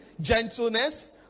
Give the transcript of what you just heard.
gentleness